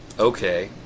ok.